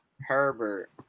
Herbert